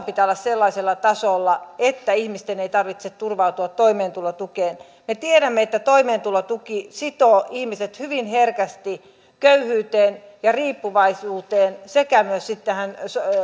pitää olla sellaisella tasolla että ihmisten ei tarvitse turvautua toimeentulotukeen me tiedämme että toimeentulotuki sitoo ihmiset hyvin herkästi köyhyyteen ja riippuvaisuuteen sekä myös sitten tähän